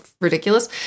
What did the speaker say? ridiculous